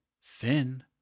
Finn